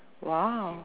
!wow!